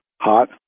hot